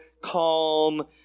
calm